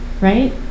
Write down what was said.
right